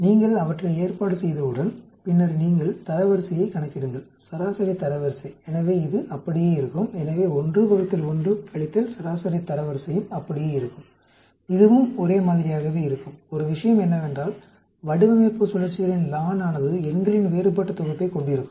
நீங்கள் அவற்றை ஏற்பாடு செய்தவுடன் பின்னர் நீங்கள் தரவரிசையைக் கணக்கிடுங்கள் சராசரி தரவரிசை எனவே இது அப்படியே இருக்கும் எனவே 1 ÷1 சராசரி தரவரிசையும் அப்படியே இருக்கும் இதுவும் ஒரே மாதிரியாகவே இருக்கும் ஒரு விஷயம் என்னவென்றால் வடிவமைப்பு சுழற்சிகளின் ln ஆனது எண்களின் வேறுபட்ட தொகுப்பைக் கொண்டிருக்கும்